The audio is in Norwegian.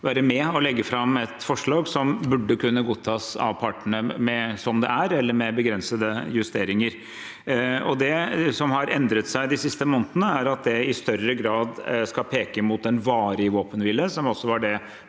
være med og legge fram et forslag som burde kunne godtas av partene som det er, eller med begrensede justeringer. Det som har endret seg de siste månedene, er at det i større grad skal peke mot en varig våpenhvile, som også var det